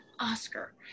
Oscar